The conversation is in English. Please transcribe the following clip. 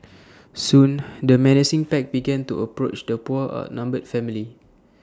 soon the menacing pack began to approach the poor outnumbered family